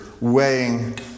weighing